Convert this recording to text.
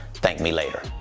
thank me later.